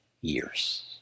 years